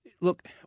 Look